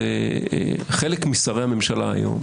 חלק משרי הממשלה היום